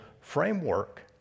framework